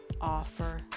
offer